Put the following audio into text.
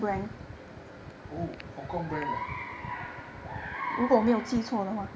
oh hong kong brand ah